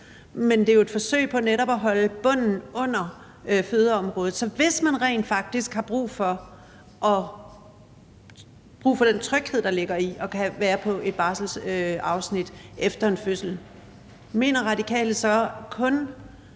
Men det er jo et forsøg på netop at holde bunden under fødeområdet. Så hvis man rent faktisk har brug for den tryghed, der ligger i at kunne være på et barselsafsnit efter en fødsel, mener Radikale så,